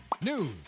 news